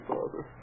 Father